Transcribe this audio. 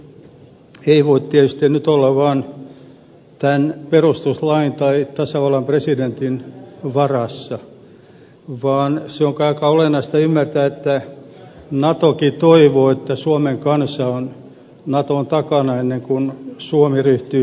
naton jäsenyys ei voi tietysti nyt olla vaan tämän perustuslain tai tasavallan presidentin varassa vaan se on kai aika olennaista ymmärtää että natokin toivoo että suomen kansa on naton takana ennen kuin suomi ryhtyy siitä neuvottelemaan